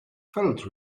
felt